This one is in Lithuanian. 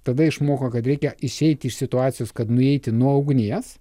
tada išmoko kad reikia išeiti iš situacijos kad nueiti nuo ugnies